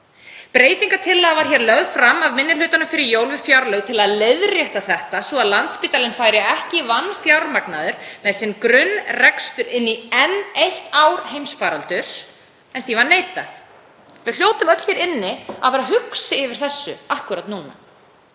breytingartillaga af minni hlutanum við fjárlagafrumvarp til að leiðrétta þetta svo að Landspítalinn færi ekki vanfjármagnaður með sinn grunnrekstur inn í enn eitt ár heimsfaraldurs en því var neitað. Við hljótum öll hér inni að vera hugsi yfir þessu akkúrat núna.